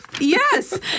Yes